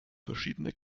verschiedene